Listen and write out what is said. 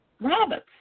rabbits